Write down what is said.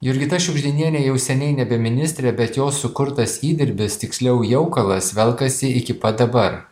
jurgita šiugždinienė jau seniai nebe ministrė bet jos sukurtas įdirbis tiksliau jaukalas velkasi iki pat dabar